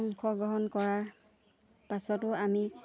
অংশগ্ৰহণ কৰাৰ পাছতো আমি